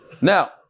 Now